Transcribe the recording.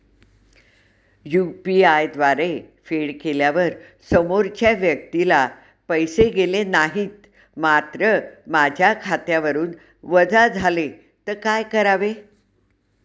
UPI द्वारे फेड केल्यावर समोरच्या व्यक्तीला पैसे गेले नाहीत मात्र माझ्या खात्यावरून वजा झाले तर काय करावे?